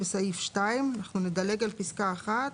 בסעיף 2 אנחנו נדלג על פסקה (1)